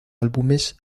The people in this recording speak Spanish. álbumes